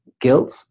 guilt